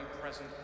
present